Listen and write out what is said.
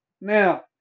Now